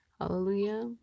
Hallelujah